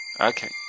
Okay